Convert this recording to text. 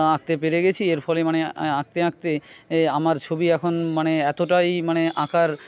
আঁকতে পেরে গেছি এর ফলে মানে আঁকতে আঁকতে এ আমার ছবি এখন মানে এতটাই মানে আঁকার